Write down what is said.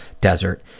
desert